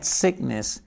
sickness